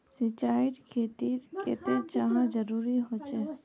सिंचाईर खेतिर केते चाँह जरुरी होचे?